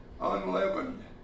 unleavened